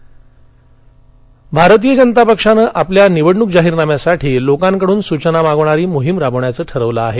भाजपा भाजपानं आपल्या निवडणुक जाहीरनाम्यासाठी लोकांकडून सूचना मागवणारी मोहीम राबवण्याचं ठरवलं आहे